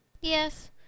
Yes